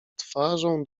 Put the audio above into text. twarzą